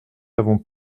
avons